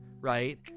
right